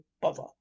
bother